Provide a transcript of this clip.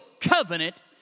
covenant